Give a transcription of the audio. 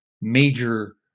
major